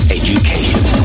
education